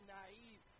naive